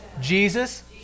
Jesus